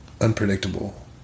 unpredictable